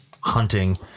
hunting